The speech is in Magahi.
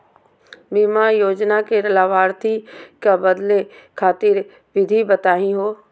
बीमा योजना के लाभार्थी क बदले खातिर विधि बताही हो?